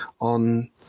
on